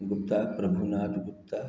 Gupta Prabhunath Gupta